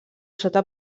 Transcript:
sota